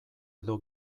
edo